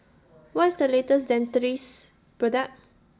What IS The latest Dentiste Product